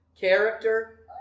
character